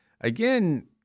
again